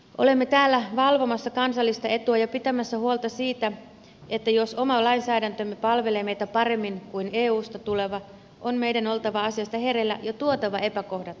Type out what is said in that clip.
olemme täällä valvomassa kansallista etua ja pitämässä huolta siitä että jos oma lainsäädäntömme palvelee meitä paremmin kuin eusta tuleva on meidän oltava asiassa hereillä ja tuotava epäkohdat esiin